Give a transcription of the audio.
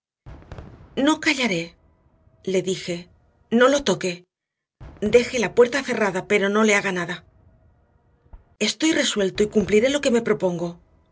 no callaré le dije no lo toque deje la puerta cerrada pero no le haga nada estoy resuelto y cumpliré lo que me propongo